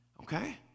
okay